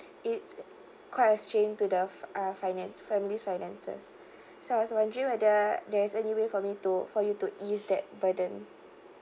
it's quite a strain to the fi~ uh finance family's finances so I was wondering whether there's any way for me to for you to ease that burden